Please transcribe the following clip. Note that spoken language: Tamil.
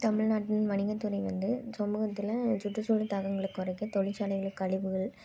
தமிழ்நாட்டின் வணிகத்துறை வந்து சமூகத்தில் சுற்றுச்சூழல் தாக்கங்களை குறைக்க தொழிற்சாலைகளின் கழிவுகள்